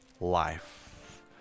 life